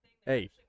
Hey